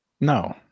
No